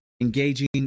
engaging